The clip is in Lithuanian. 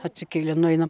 atsikelę nueinam